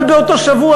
אבל באותו שבוע,